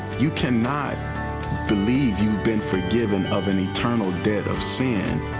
you cannot believe you've been forgiven of an eternal debt of sin